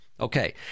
Okay